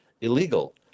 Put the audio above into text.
illegal